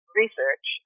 research